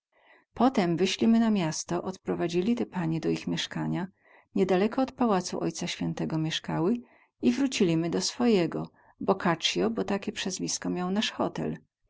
potem wyślimy na miasto odprowadzilimy te panie do ich mieskania niedaleko od pałacu ojca świętego mieskały i wrócilimy do swojego bokacio bo takie przezwisko miał nas hotel